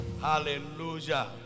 Hallelujah